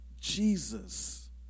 Jesus